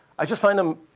i just find them